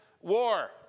war